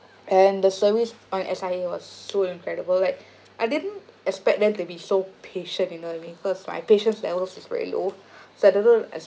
and the service on S_I_A was so incredible like I didn't expect them to be so patient you know what I mean cause my patience levels is very low so I don't know